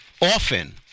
Often